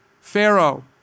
Pharaoh